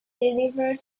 delivered